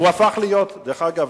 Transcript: דרך אגב,